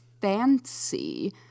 fancy